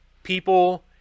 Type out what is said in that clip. People